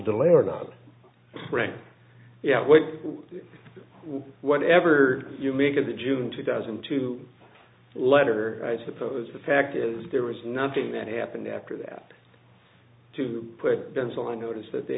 delay or not frank whatever you make of the june two thousand and two letter i suppose the fact is there was nothing that happened after that to put on notice that they